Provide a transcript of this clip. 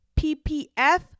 PPF